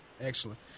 Excellent